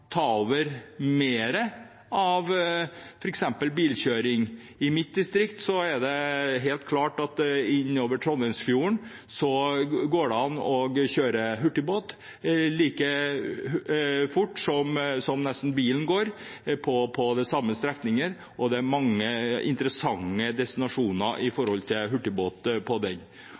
ta over for f.eks. bilkjøring. I mitt distrikt er det helt klart at innover Trondheimsfjorden går det an å kjøre hurtigbåt nesten like fort som bilen går, og på de samme strekningene, og her er det mange interessante destinasjoner